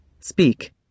speak